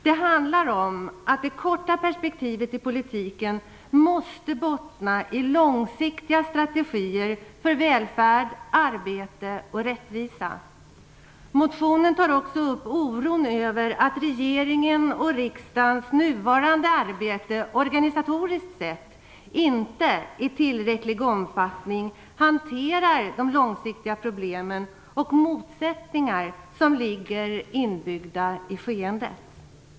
Den handlar om att det korta perspektivet i politiken måste bottna i långsiktiga strategier för välfärd, arbete och rättvisa. I motionen tas upp oron över att regeringens och riksdagens nuvarande arbete organisatoriskt sett inte i tillräcklig omfattning hanterar de långsiktiga problem och motsättningar som ligger inbyggda i skeendet.